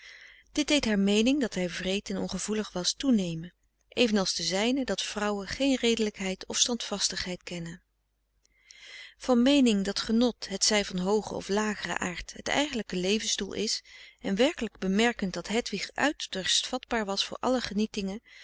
dit deed haar meening dat hij wreed en ongevoelig was toenemen evenals de zijne dat vrouwen geen redelijkheid of standvastigheid kennen van meening dat genot hetzij van hoogen of lageren aard het eigenlijke levensdoel is en werkelijk bemerkend dat hedwig uiterst vatbaar was voor alle